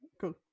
cool